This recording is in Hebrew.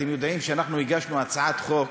אתם יודעים שאנחנו הגשנו הצעת חוק,